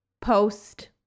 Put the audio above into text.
post